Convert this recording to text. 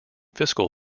fiscal